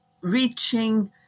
reaching